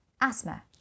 asthma